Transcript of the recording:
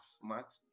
smart